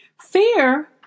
Fear